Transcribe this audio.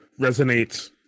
resonates